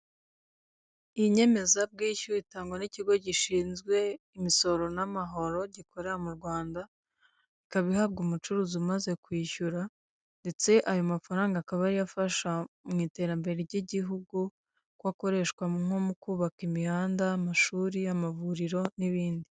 Inyemezabwishyu itangwa n'ikigo gishinzwe imisoro n'amahoro gikorera mu Rwanda, ikaba ihabwa umucuruzi umaze kwishyura ndetse ayo mafaranga akaba ari yo afasha mu iterambere ry'igihugu ko akoreshwa nko mu kubaka imihanda, amashuri, amavuriro n'ibindi.